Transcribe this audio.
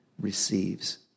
receives